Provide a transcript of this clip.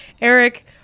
Eric